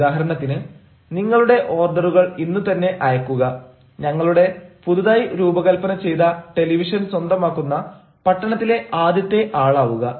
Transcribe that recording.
ഉദാഹരണത്തിന് നിങ്ങളുടെ ഓർഡറുകൾ ഇന്നു തന്നെ അയക്കുക ഞങ്ങളുടെ പുതുതായി രൂപകല്പനചെയ്ത ടെലിവിഷൻ സ്വന്തമാക്കുന്ന പട്ടണത്തിലെ ആദ്യത്തെ ആളാവുക